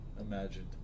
imagined